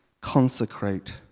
consecrate